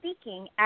speaking